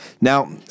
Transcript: Now